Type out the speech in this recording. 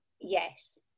yes